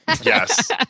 Yes